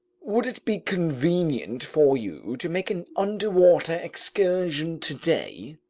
would it be convenient for you to make an underwater excursion today?